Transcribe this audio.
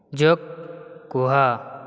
joke କୁହ